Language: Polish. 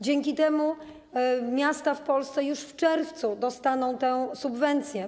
Dzięki temu miasta w Polsce już w czerwcu dostaną tę subwencję.